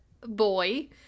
boy